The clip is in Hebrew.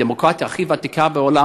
הדמוקרטיה הכי ותיקה בעולם,